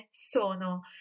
sono